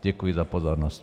Děkuji za pozornost.